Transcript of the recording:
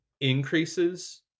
increases